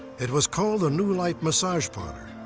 it was called the new life massage parlor,